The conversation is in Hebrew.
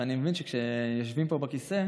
ואני מבין שכשיושבים פה בכיסא,